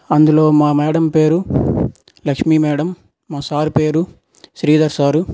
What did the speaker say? అందులో మా మ్యాడం పేరు లక్ష్మి మ్యాడం మా సార్ పేరు శ్రీధర్ సారు